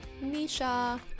Nisha